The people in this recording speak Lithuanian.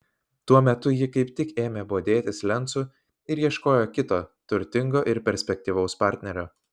tuo metu ji kaip tik ėmė bodėtis lencu ir ieškojo kito turtingo ir perspektyvaus partnerio